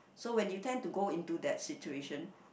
so when you tend to go into that situation